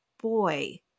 boy